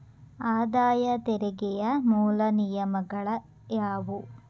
ಆದಾಯ ತೆರಿಗೆಯ ಮೂಲ ನಿಯಮಗಳ ಯಾವು